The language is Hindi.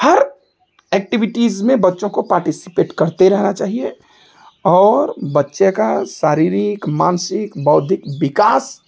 हर एक्टिविटीज़ में बच्चों को पार्टिसिपेट करते रहना चाहिए और बच्चे का शारीरिक मानसिक बौद्धिक विकास